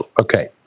okay